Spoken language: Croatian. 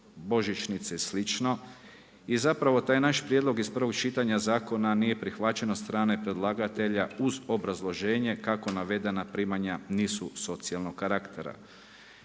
božićnice i slično i zapravo taj naš prijedlog iz prvog čitanja zakona nije prihvaćen od strane predlagatelja uz obrazloženje kako navedena primanja nisu socijalnog karaktera.